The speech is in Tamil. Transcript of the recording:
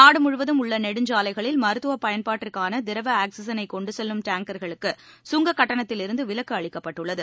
நாடு முழுவதும் உள்ள நெடுஞ்சாலைகளில் மருத்துவ பயன்பாட்டிற்கான திரவ ஆக்ஸிஜனை கொண்டு செல்லும் டேங்கர்களுக்கு சுங்க கட்டணத்திலிருந்து விலக்கு அளிக்கப்பட்டுள்ளது